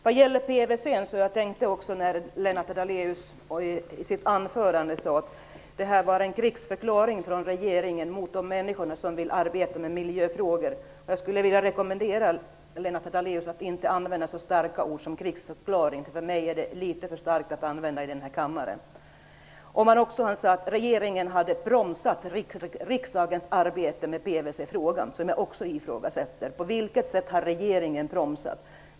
Vad gäller PVC:n, noterade jag att Lennart Daléus i sitt anförande sade att det var en krigsförklaring från regeringen mot de människor som vill arbeta med miljöfrågor. Jag skulle vilja rekommendera Lennart Daléus att inte använda så starka ord som krigsförklaring. Enligt min mening är det för starkt för att användas i denna kammare. Han sade även att regeringen hade bromsat riksdagens arbete med PVC-frågan, vilket jag också ifrågasätter. På vilket sätt har regeringen bromsat?